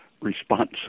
response